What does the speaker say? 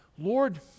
Lord